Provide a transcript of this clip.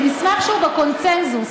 זה מסמך שהוא בקונסנזוס